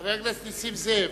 חבר הכנסת נסים זאב,